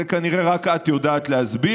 את זה כנראה רק את יודעת להסביר.